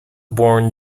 born